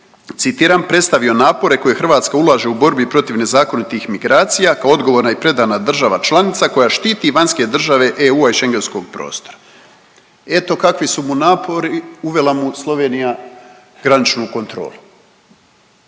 citiram, predstavio napore koje Hrvatska ulaže u borbi protiv nezakonitih migracija kao odgovorna i predana država članica koja štiti vanjske države EU i Schengenskog prostora. Eto kakvi su mu napori uvela mu Slovenija graničnu kontrolu.